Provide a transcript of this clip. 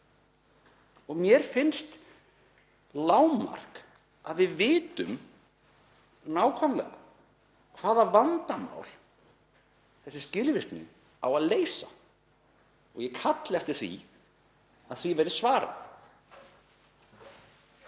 Mér finnst lágmark að við vitum nákvæmlega hvaða vandamál þessi skilvirkni á að leysa. Ég kalla eftir að því verði svarað.